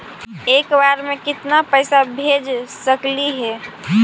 एक बार मे केतना पैसा भेज सकली हे?